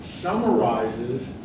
summarizes